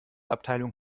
abteilung